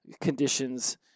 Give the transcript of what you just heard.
conditions